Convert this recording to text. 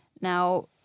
Now